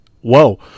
whoa